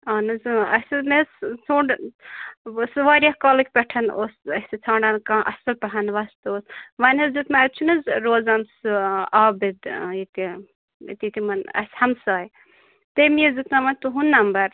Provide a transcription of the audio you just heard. اہن حظ اَسہِ حظ مےٚ حظ ژھونٛٛڈ سُہ واریاہ کالٕکۍ پٮ۪ٹھ اوس اَسہِ ژھانٛڈان کانٛہہ اَصٕل پَہَم وۄستہٕ اوس وۄنۍ حظ دیُت مےٚ اَتہِ چھُنہٕ حظ روزان سُہ عابِد ییٚتہِ ییٚتہِ تِمَن اَسہِ ہَمساے تٔمی حظ دیُتنو مےٚ تُہُنٛد نمبر